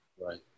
Right